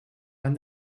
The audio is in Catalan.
van